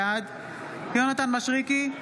בעד יונתן מישרקי,